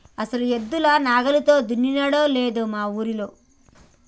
అసలు ఎద్దుల నాగలితో దున్నినోడే లేడు మా ఊరిలో